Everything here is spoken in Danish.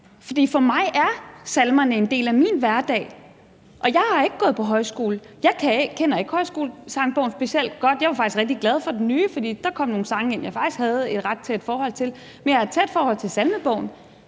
for mig en del af min hverdag, og jeg har ikke gået på højskole. Jeg kender ikke Højskolesangbogen specielt godt – jeg var faktisk rigtig glad for den nye, for der kom nogle sange ind, jeg faktisk havde et ret tæt forhold til. Men jeg har et tæt forhold til salmebogen,